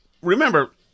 remember